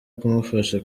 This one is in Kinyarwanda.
kumufasha